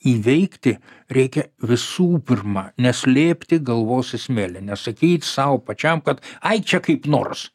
įveikti reikia visų pirma neslėpti galvos į smėlį nesakyt sau pačiam kad ai čia kaip nors